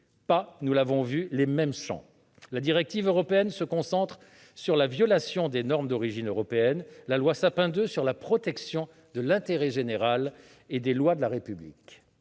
en effet pas les mêmes champs : la directive européenne se concentre sur la violation des normes d'origine européenne, la loi Sapin II sur la protection de l'intérêt général et des lois de la République.